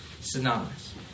synonymous